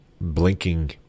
blinking